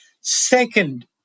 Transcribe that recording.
Second